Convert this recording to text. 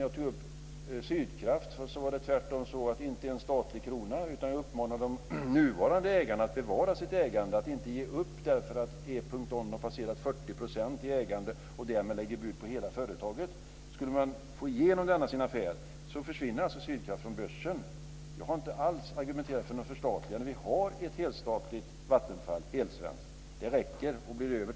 Jag uppmanade inte till en enda statlig krona när jag tog upp Sydkraft, utan jag uppmanade tvärtom de nuvarande ägarna att inte ge upp sitt ägande bara därför att E.ON har passerat 40 % i sitt ägande och därmed lägger bud på hela företaget. Skulle E.ON få igenom denna sin affär försvinner Jag har inte alls argumenterat för något förstatligande. Vi har ett helstatligt och helsvenskt Vattenfall. Jag tycker att det räcker och blir över.